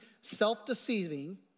self-deceiving